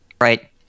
Right